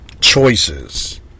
Choices